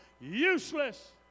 useless